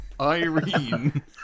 Irene